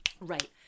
Right